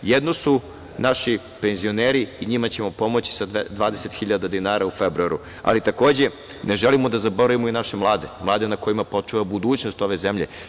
Jedno su naši penzioneri, i njima ćemo pomoći sa 20.000 dinara u februaru, ali takođe, ne želimo da zaboravimo i naše mlade, mlade na kojima počiva budućnost ove zemlje.